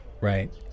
right